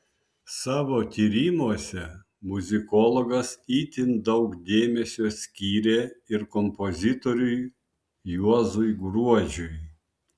savo tyrimuose muzikologas itin daug dėmesio skyrė ir kompozitoriui juozui gruodžiui